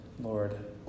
Lord